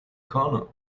corner